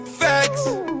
facts